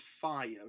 fire